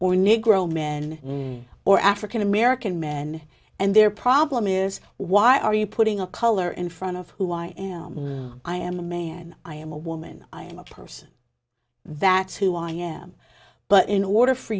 or negro men or african american men and their problem is why are you putting a color in front of who i am i am a man i am a woman i am a person that's who i am but in order for